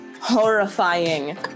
horrifying